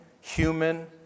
human